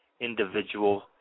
individual